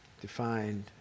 defined